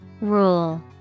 Rule